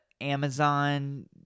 Amazon